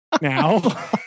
now